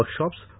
workshops